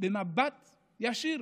במבט ישיר